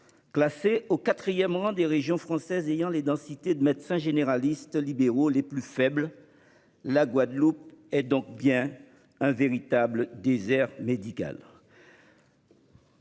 Classée au quatrième rang des régions françaises ayant les densités de médecins généralistes libéraux les plus faibles, la Guadeloupe est donc bien un véritable désert médical.